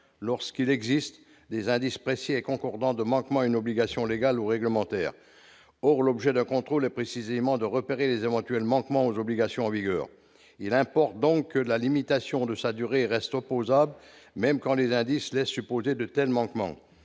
lorsqu'il existe des indices précis et concordants de manquement à une obligation légale ou réglementaire, or l'objet de contrôles, précisément, de repérer les éventuels manquements aux obligations en vigueur, il importe donc que la limitation de sa durée reste opposable, même quand les indices laissent supposer de tels manquements,